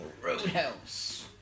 Roadhouse